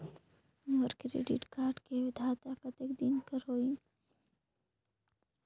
मोर credit card के वैधता कतेक दिन कर होही?